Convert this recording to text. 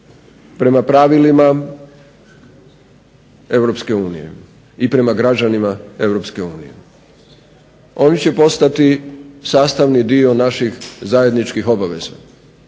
prema pravilima EU i prema građanima EU. Ovim će postati sastavni dio naših zajedničkih obaveza.